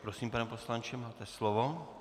Prosím, pane poslanče, máte slovo.